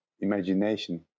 imagination